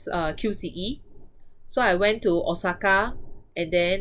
uh Q_C_E so I went to osaka and then